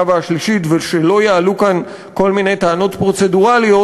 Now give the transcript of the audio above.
והשלישית ושלא יעלו כאן כל מיני טענות פרוצדורליות,